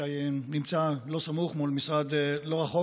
שנמצא לא רחוק,